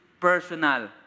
personal